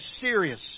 serious